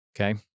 okay